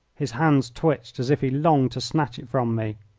his hands twitched as if he longed to snatch it from me.